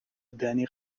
دنی